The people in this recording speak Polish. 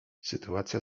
sytuacja